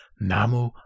Namu